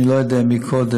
אני לא יודע מי קודם,